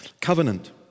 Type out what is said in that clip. covenant